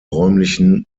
räumlichen